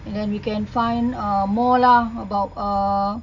and then we can find uh more lah about err